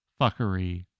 fuckery